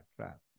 trap